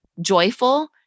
joyful